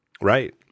Right